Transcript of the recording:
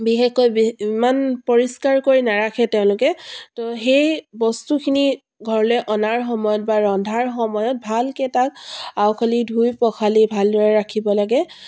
বিশেষকৈ বি ইমান পৰিষ্কাৰকৈ নাৰাখে তেওঁলোকে তো সেই বস্তুখিনি ঘৰলৈ অনাৰ সময়ত বা ৰন্ধাৰ সময়ত ভালকৈ তাক আওখালি ধুই পখালি ভালদৰে ৰাখিব লাগে